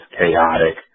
chaotic